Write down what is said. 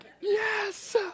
yes